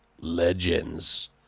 legends